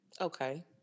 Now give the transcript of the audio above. Okay